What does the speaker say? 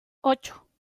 ocho